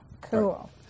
Cool